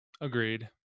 Agreed